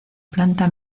planta